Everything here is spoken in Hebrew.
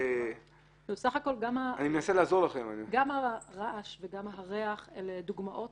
גם הרעש וגם הריח הן דוגמאות